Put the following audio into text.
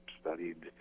studied